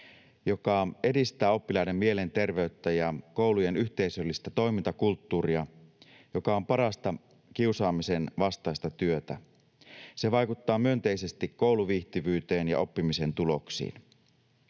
joka edistää oppilaiden mielenterveyttä ja koulujen yhteisöllistä toimintakulttuuria, mikä on parasta kiusaamisen vastaista työtä. Se vaikuttaa myönteisesti kouluviihtyvyyteen ja oppimisen tuloksiin.